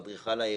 אדריכל העיר,